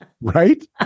right